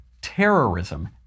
Terrorism